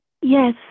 Yes